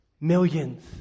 Millions